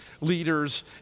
leaders